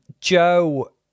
Joe